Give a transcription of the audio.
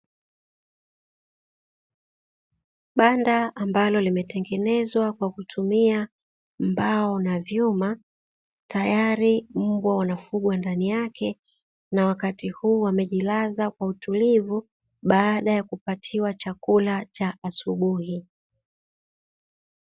Banda ambalo limetengenezwa kwa kutumia mbao na vyuma tayari mbwa wanafugwa ndani yake, na wakati huu wamejilaza kwa utulivu baada ya kupatiwa chakula cha asubuhi.